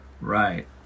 Right